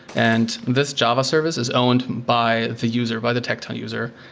and this java service is owned by the user, by the tecton user,